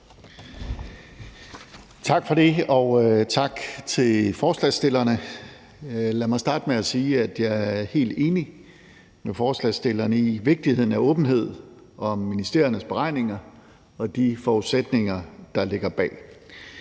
Tak for det, og tak til forslagsstillerne. Lad mig starte med at sige, at jeg er helt enig med forslagsstillerne i vigtigheden af åbenhed om ministeriernes beregninger og de forudsætninger, der ligger bag.